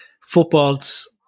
football's